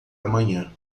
amanhã